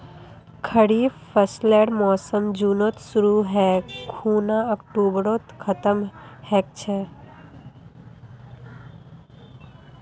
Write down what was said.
खरीफ फसलेर मोसम जुनत शुरु है खूना अक्टूबरत खत्म ह छेक